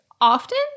Often